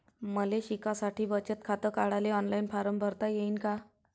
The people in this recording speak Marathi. मले शिकासाठी बचत खात काढाले ऑनलाईन फारम भरता येईन का?